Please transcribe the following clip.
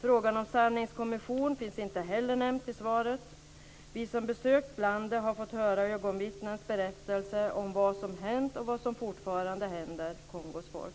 Frågan om sanningskommission finns inte heller nämnt i svaret. Vi som besökt landet har fått höra ögonvittnens berättelser om vad som hänt och vad som fortfarande händer Kongos folk.